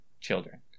children